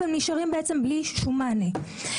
הם נשארים בעצם בלי שום מענה.